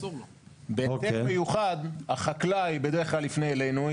בהיתר מיוחד החקלאי בדרך כלל יפנה אלינו,